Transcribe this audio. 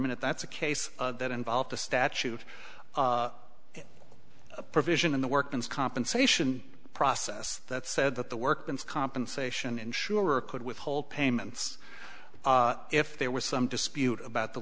minute that's a case that involved a statute a provision in the workman's compensation process that said that the workman's compensation insurer could withhold payments if there was some dispute about the